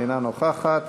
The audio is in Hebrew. אינה נוכחת.